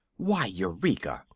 why, eureka,